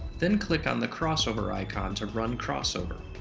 then click on the crossover icon to run crossover.